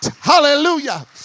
hallelujah